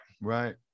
Right